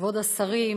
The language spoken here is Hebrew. כבוד השרים,